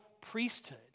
priesthood